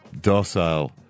docile